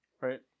right